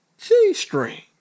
G-string